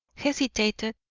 hesitated,